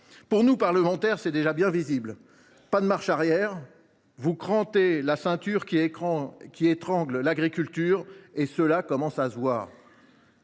Pour nous, parlementaires, elle est déjà bien visible : pas de marche arrière, vous crantez la ceinture qui étrangle l’agriculture, et cela commence à se voir.